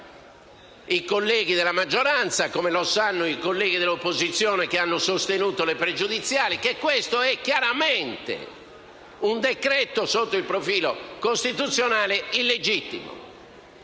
i colleghi della maggioranza, come lo sanno i colleghi dell'opposizione che hanno sostenuto le pregiudiziali: questo decreto è sotto il profilo costituzionale chiaramente